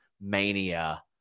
Mania